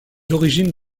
origines